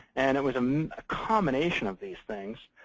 and it was um a combination of these things.